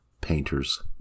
Painters